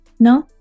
No